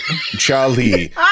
Charlie